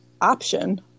option